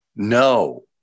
No